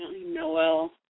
Noel